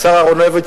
השר אהרונוביץ,